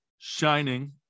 shining